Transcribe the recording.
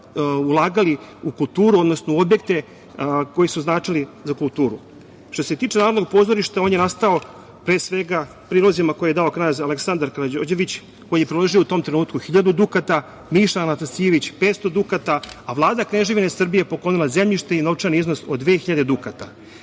ulagali u kulturu, odnosno u objekte koji su značili za kulturu. Što se tiče Narodnog pozorišta ono je nastalo pre svega prilozima koje je dao knez Aleksandar Karađorđević koji je priložio u tom trenutku 1000 dukata, Miša Anastasijević 500 dukata, a Vlada Kneževine Srbije je poklonila zemljište i novčani iznos od 2000